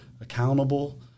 accountable